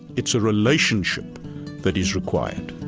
it's a relationship that is required